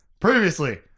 Previously